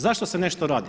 Zašto se nešto radi?